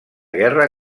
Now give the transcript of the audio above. guerra